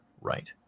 Right